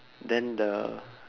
then the